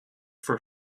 for